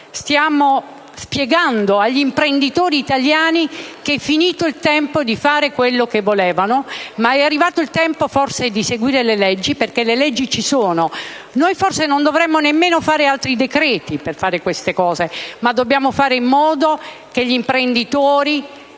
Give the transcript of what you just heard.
Stiamo spiegando agli imprenditori italiani che è finito il tempo in cui facevano quello che volevano ed è arrivato il tempo di seguire le leggi, perché queste esistono già. Noi forse non dovremmo nemmeno convertire altri decreti per fare queste cose, ma dobbiamo fare in modo che tutti gli operatori